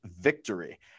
victory